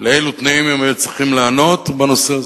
לאילו תנאים הם היו צריכים לענות בנושא הזה.